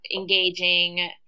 engaging